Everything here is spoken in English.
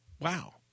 wow